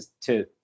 to-